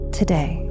today